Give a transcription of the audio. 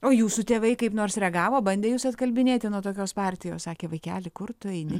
o jūsų tėvai kaip nors reagavo bandė jus atkalbinėti nuo tokios partijos sakė vaikeli kur tu eini